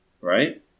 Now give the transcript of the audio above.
Right